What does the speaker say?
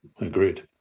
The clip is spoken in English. agreed